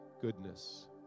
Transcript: goodness